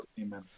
Amen